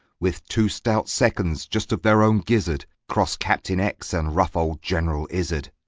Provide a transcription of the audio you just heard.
with two stout seconds, just of their own gizzard, cross captain x. and rough old general izzard!